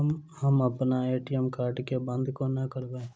हम अप्पन ATM card केँ बंद कोना करेबै?